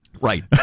Right